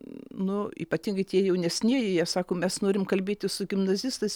nu ypatingai tie jaunesni ir jie sako mes norime kalbėti su gimnazistais